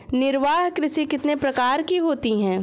निर्वाह कृषि कितने प्रकार की होती हैं?